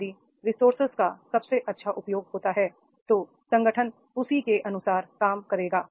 यदि रिसोर्सेज का सबसे अच्छा उपयोग होता है तो संगठन उसी के अनुसार काम करेगा